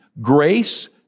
grace